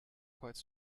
quite